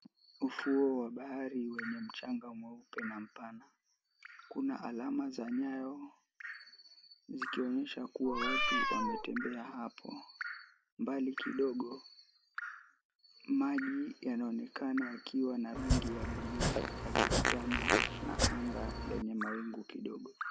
Ufuo wa bahari wenye mchanga mweupe na mpana. Kuna alama za nyayo zikionyesha kuwa watu wametembea hapo. Mbali kidogo maji yanaonekana yakiwa na rangi ya buluu yakikutana na anga yenye mawingu kidogo.